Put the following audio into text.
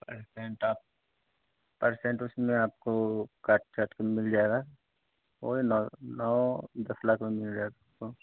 percent आप percent उसमें आपको काट काटकर मिल जाएगा वही नौ नौ दस लाख मिल जाएगा आपको